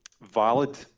valid